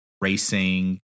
racing